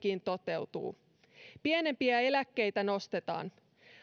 toteutuu vihdoinkin pienempiä eläkkeitä nostetaan